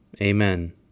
Amen